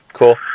cool